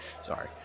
sorry